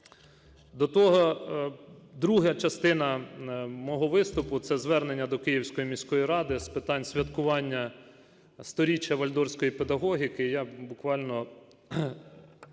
До того друга частина мого виступу – це звернення до Київської міської ради з питань святкування сторіччя вальдорфської педагогіки.